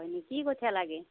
হয় নেকি কি কঠীয়া লাগে